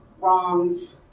wrongs